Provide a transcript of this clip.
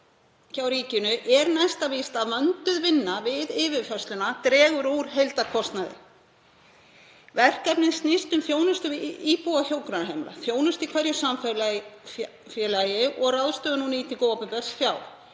hjá ríkinu er næsta víst að vönduð vinna við yfirfærsluna drægi úr heildarkostnaði. Verkefnið snýst um þjónustu við íbúa hjúkrunarheimila, þjónustu í hverju samfélagi og ráðstöfun og nýtingu opinbers fjár.